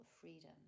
freedom